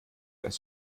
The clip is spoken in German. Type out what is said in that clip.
das